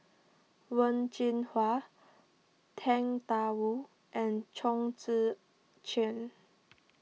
Wen Jinhua Tang Da Wu and Chong Tze Chien